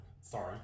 sorry